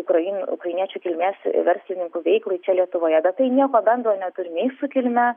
ukrain ukrainiečių kilmės verslininkų veiklai čia lietuvoje bet tai nieko bendro neturi nei su kilme